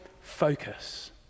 focus